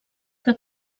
que